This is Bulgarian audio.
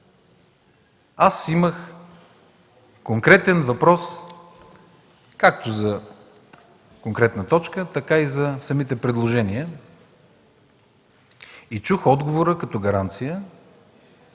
аз имах конкретен въпрос както за конкретна точка, така и за самите предложения и чух отговора като гаранция